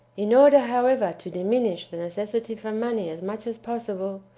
in order, however, to diminish the necessity for money as much as possible,